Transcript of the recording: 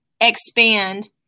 expand